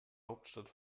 hauptstadt